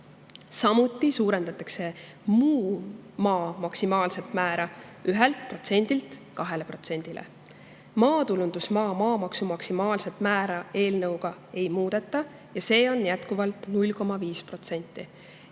Samuti suurendatakse muu maa maksimaalset määra 1%-lt 2%-le. Maatulundusmaa maamaksu maksimaalset määra eelnõuga ei muudeta ja see on jätkuvalt 0,5%.See,